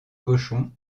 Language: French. cochons